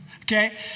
okay